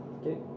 Okay